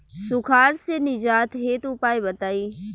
सुखार से निजात हेतु उपाय बताई?